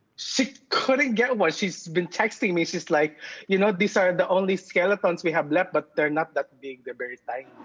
she couldn't get one. she's been texting me, she's like you know, these are the only skeletons we have left, but they're not that big, they're very tiny.